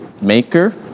Maker